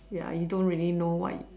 ya you don't really know what you